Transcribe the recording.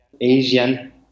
Asian